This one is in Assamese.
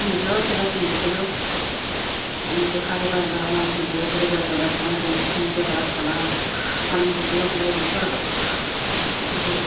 নিজেও চিলাই পিন্ধিছিলোঁ এনেকৈ চাৰি পাঁচযোৰামান নিজেও চিলাই পেলাই বেলেগকো এনেকৈ সেনেকৈ দহ পোন্ধৰখন এনেকৈ চিলাই চিলাই দিছোঁ আৰু আৰু